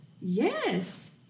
Yes